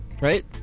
right